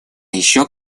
еще